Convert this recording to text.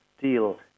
deal